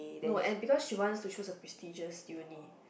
no and because she wants to choose a prestigious uni